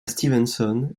stevenson